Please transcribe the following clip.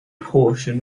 portion